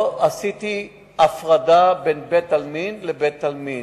לא עשיתי הפרדה בין בית-עלמין לבית-עלמין,